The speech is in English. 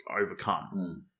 overcome